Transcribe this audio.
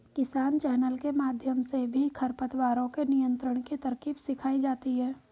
किसान चैनल के माध्यम से भी खरपतवारों के नियंत्रण की तरकीब सिखाई जाती है